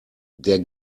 der